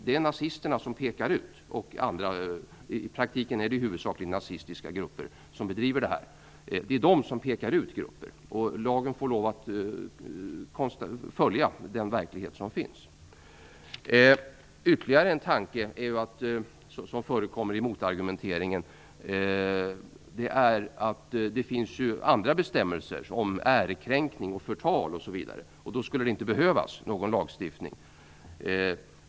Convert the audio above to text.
Det är nazisterna som pekar ut. Det finns också andra som gör det, men i praktiken är det huvudsakligen nazistiska grupper som bedriver denna verksamhet. Det är de som pekar ut grupper. Lagen får lov att följa den verklighet som finns. Ytterligare en tanke som förekommer i motargumenteringen är att det ju finns andra bestämmelser, t.ex. om ärekränkning och förtal, som gör att det inte skulle behövas någon lagstiftning.